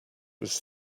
was